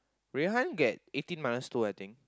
Rui-Han get eighteen minus two I think